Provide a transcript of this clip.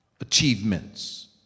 achievements